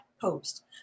post